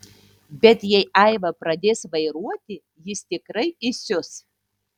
bet jei aiva pradės vairuoti jis tikrai įsius